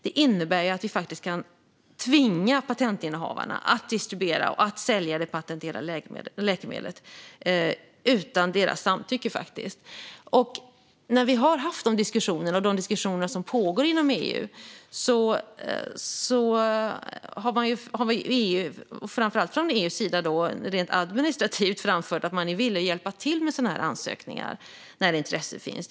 Det innebär att vi faktiskt kan tvinga patentinnehavarna att distribuera och sälja det patenterade läkemedlet utan deras samtycke. När vi har haft dessa diskussioner - och det pågår diskussioner inom EU - har man framför allt från EU:s sida rent administrativt framfört att man är villig att hjälpa till med sådana här ansökningar när intresse finns.